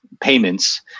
Payments